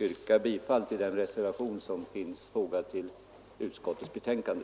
yrkar jag bifall till den reservation som är fogad till socialförsäkringsutskottets betänkande.